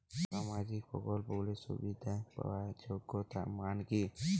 সামাজিক প্রকল্পগুলি সুবিধা পাওয়ার যোগ্যতা মান কি?